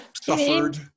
suffered